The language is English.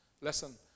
Listen